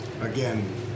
again